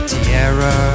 Tierra